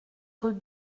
rue